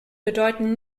bedeuten